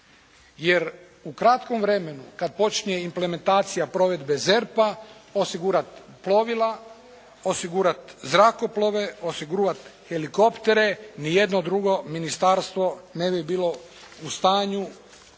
Jer u kratkom vremenu kad počinje implementacija provedbe ZERP-a osigurat plovila, osigurat zrakoplove, osigurat helikoptere ni jedno drugo ministarstvo ne bi bilo u stanju